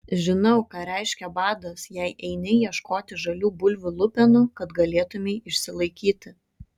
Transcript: žinau ką reiškia badas jei eini ieškoti žalių bulvių lupenų kad galėtumei išsilaikyti